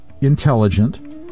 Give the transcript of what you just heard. intelligent